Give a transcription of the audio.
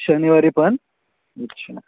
शनिवारी पण अच्छा